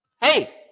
hey